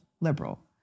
liberal